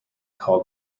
called